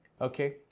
okay